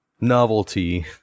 novelty